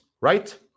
right